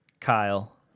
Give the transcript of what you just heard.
kyle